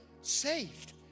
saved